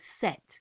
set